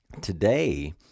Today